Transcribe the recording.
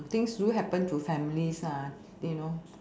things do happen to families lah you know